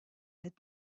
had